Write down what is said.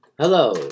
Hello